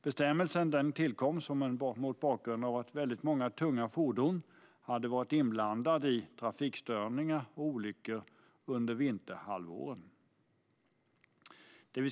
Bestämmelsen tillkom mot bakgrund av att många tunga fordon hade varit inblandade i trafikstörningar och olyckor under vinterhalvåret.